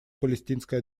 палестинской